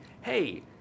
hey